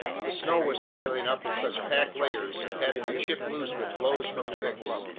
the snow was piling up in such packed layers, it had to be chipped loose with blows from picks.